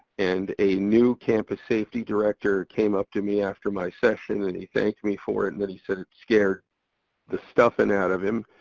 and a new campus safety director came up to me after my session and he thanked me for it. and then he said it scared the stuffing out of him.